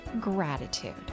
gratitude